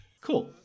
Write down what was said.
Cool